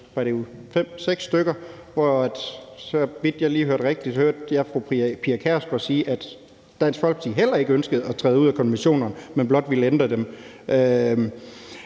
eller 6, hvor jeg, hvis jeg hørte rigtigt, hørte fru Pia Kjærsgaard sige, at Dansk Folkeparti heller ikke ønskede at træde ud af konventionerne, men blot ville ændre dem.